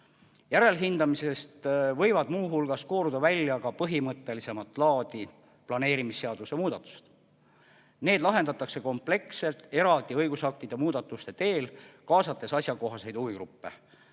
Järelhindamisest võivad muu hulgas kooruda välja ka põhimõttelisemat laadi planeerimisseaduse muudatused. Need lahendatakse kompleksselt, eraldi õigusaktide muudatuste teel, kaasates asjakohaseid huvigruppe.